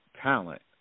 talent